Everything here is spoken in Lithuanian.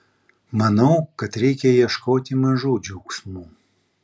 manau kad reikia ieškoti mažų džiaugsmų